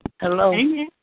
Hello